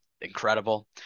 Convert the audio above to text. incredible